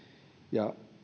ja